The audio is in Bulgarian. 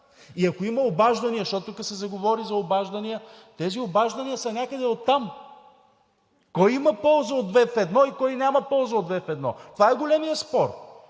И ако има обаждания, защото тук се заговори за обаждания, тези обаждания са някъде оттам! Кой има полза от 2 в 1 и кой няма полза от 2 в 1 – това е големият спор!